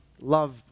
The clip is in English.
love